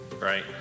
right